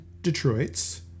Detroit's